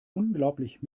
unglaublich